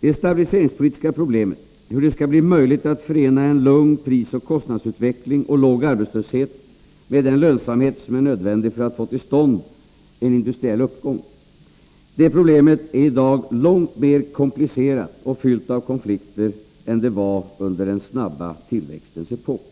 Det stabiliseringspolitiska problemet — hur det skall bli möjligt att förena en lugn prisoch kostnadsutveckling och låg arbetslöshet med den lönsamhet som är nödvändig för att få till stånd en industriell uppgång — är i dag långt mer komplicerat och fyllt av konflikter än det var under den snabba tillväxtens epok.